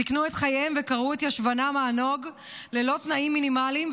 סיכנו את חייהם וקרעו את ישבנם הענוג ללא תנאים מינימליים,